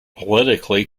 politically